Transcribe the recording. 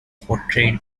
portrayed